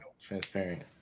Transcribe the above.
Transparent